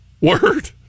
word